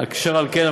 אשר על כן,